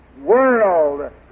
world